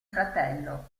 fratello